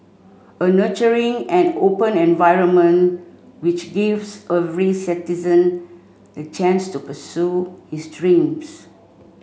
a nurturing and open environment which gives citizen the chance to pursue his dreams